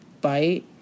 bite